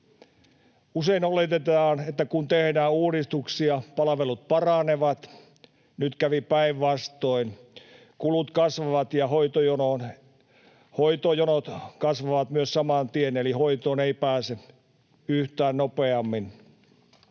Usein oletetaan, että kun tehdään uudistuksia, palvelut paranevat. Nyt kävi päinvastoin: kulut kasvavat ja hoitojonot kasvavat myös saman tien, eli hoitoon ei pääse yhtään nopeammin.